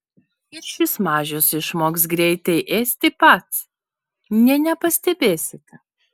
ir šis mažius išmoks greitai ėsti pats nė nepastebėsite